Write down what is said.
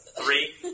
Three